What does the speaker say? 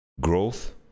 Growth